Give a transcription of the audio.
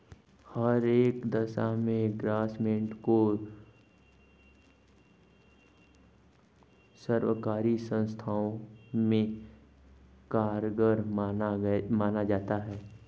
हर एक दशा में ग्रास्मेंट को सर्वकारी संस्थाओं में कारगर माना जाता है